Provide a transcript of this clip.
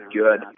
good